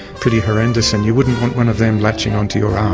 pretty horrendous, and you wouldn't want one of them latching onto your um